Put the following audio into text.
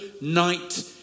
night